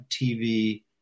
TV